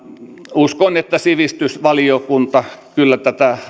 uskon että sivistysvaliokunta kyllä